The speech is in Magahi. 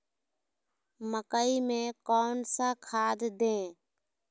मकई में कौन सा खाद दे?